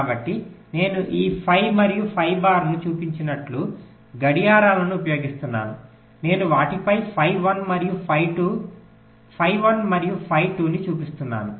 కాబట్టి నేను ఈ ఫై మరియు ఫై బార్ను చూపించనట్లు గడియారాలను ఉపయోగిస్తున్నాను నేను వాటిని ఫై 1 మరియు ఫై 2 ఫై 1 మరియు ఫై 2 చూపిస్తున్నాను